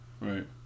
Right